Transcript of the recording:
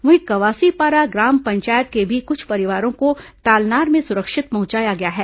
वहीं कवासीपारा ग्राम पंचायत के भी कुछ परिवारों को तालनार में सुरक्षित पहुंचाया गया है